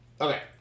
Okay